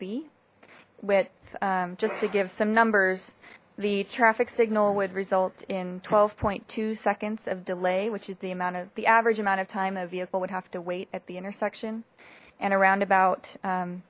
with just to give some numbers the traffic signal would result in twelve point two seconds of delay which is the amount of the average amount of time a vehicle would have to wait at the intersection and a roundabout